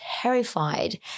terrified